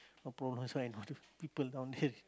got problem so I people down there